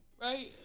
right